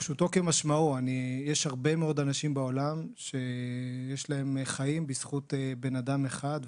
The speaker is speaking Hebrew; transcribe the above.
פשוטו כמשמעו: יש הרבה מאוד אנשים בעולם שיש להם חיים בזכות בן אדם אחד,